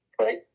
Right